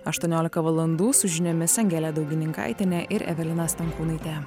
aštuoniolika valandų su žiniomis angelė daugininkaitienė ir evelina stankūnaitė